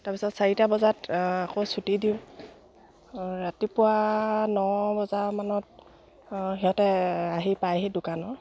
তাৰপিছত চাৰিটা বজাত আকৌ ছুটি দিওঁ ৰাতিপুৱা ন বজামানত সিহঁতে আহি পায়হি দোকানৰ